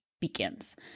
begins